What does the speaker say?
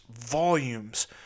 volumes